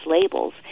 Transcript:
labels